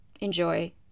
enjoy